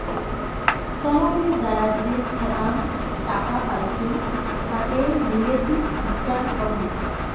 তহবিলের দ্বারা যে ছাব্যাং টাকা পাইচুঙ তাকে রিলেটিভ রিটার্ন কহে